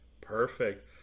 Perfect